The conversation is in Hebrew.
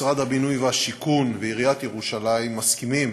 משרד הבינוי והשיכון ועיריית ירושלים מסכימים